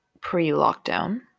pre-lockdown